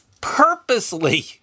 purposely